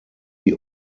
die